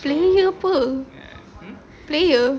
player [pe] player